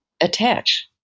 attach